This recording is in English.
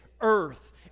earth